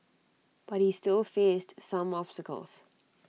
but he still faced some obstacles